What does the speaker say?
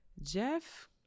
Jeff